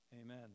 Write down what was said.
amen